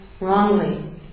wrongly